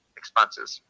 expenses